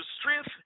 strength